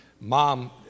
mom